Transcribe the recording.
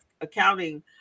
accounting